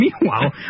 meanwhile